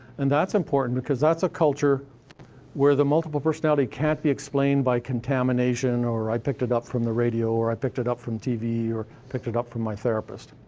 and that's important, because that's a culture where the multiple personality can't be explained by contamination, or i picked it up from the radio, or i picked it up from tv, or i picked it up from my therapist.